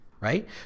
right